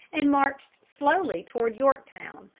and marched slowly toward yorktown,